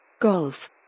Golf